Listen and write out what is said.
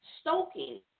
stoking